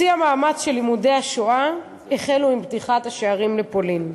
שיא המאמץ של לימודי השואה החל עם פתיחת השערים לפולין.